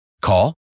Call